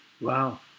Wow